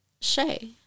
Shay